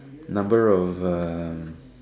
number of a